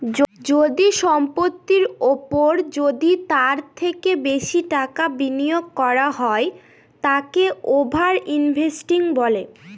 যদি সম্পত্তির ওপর যদি তার থেকে বেশি টাকা বিনিয়োগ করা হয় তাকে ওভার ইনভেস্টিং বলে